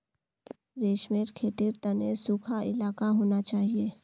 रेशमेर खेतीर तने सुखा इलाका होना चाहिए